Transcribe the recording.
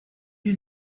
you